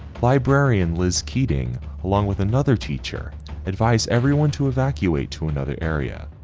librarian liz keating along with another teacher advised everyone to evacuate to another area.